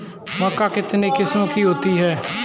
मक्का कितने किस्म की होती है?